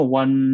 one